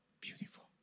beautiful